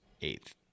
eighth